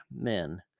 men